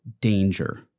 danger